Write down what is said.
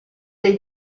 dei